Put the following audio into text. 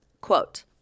Quote